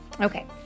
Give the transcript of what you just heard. okay